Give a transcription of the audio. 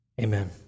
Amen